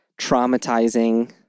traumatizing